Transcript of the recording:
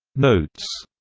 notes